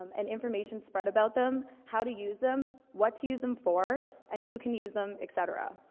um and information spread about them how to use them, what to use them for, and who can use them, et cetera.